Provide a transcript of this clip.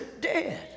dead